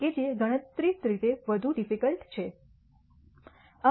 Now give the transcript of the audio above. કે જે ગણતરીત્મક રીતે વધુ ડિફકલ્ટ છે